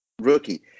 rookie